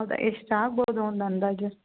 ಹೌದ ಎಷ್ಟಾಗ್ಬೌದು ಒಂದು ಅಂದಾಜು